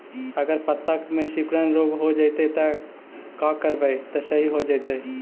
अगर पत्ता में सिकुड़न रोग हो जैतै त का करबै त सहि हो जैतै?